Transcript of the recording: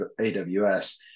AWS